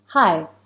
Hi